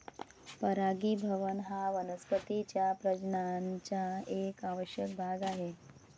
परागीभवन हा वनस्पतीं च्या प्रजननाचा एक आवश्यक भाग आहे